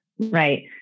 right